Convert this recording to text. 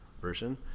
version